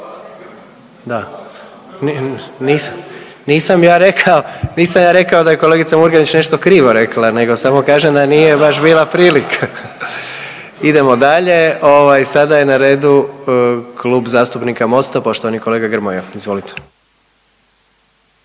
nisam ja rekao da je kolegica Murganić nešto krivo rekla, nego samo kažem da nije baš bila prilika. Idemo dalje. Ovaj, sada je na redu Klub zastupnika Mosta, poštovani kolega Grmoja, izvolite.